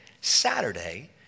Saturday